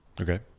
Okay